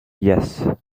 yes